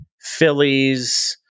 Phillies